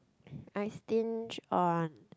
I stinge on